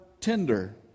tender